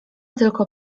tylko